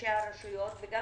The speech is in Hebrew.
מראשי הרשויות וגם